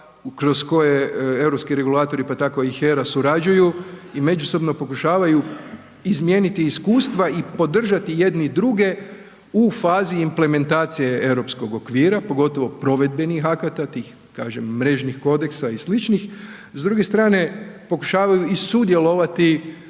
kroz koje europski regulatori pa tako i HERA surađuju i međusobno pokušavaju izmijeniti iskustva i podržati jedni druge u fazi implementacije europskog okvira pogotovo provedbenih akata, tih kažem mrežnih kodeksa i sličnih, s druge strane, pokušavaju i sudjelovati